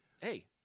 hey